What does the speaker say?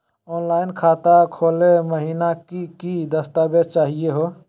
Online खाता खोलै महिना की की दस्तावेज चाहीयो हो?